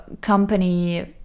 company